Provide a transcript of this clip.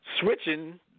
switching